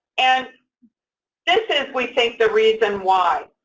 and this is, we think, the reason why.